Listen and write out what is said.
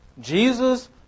Jesus